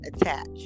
attached